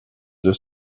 deux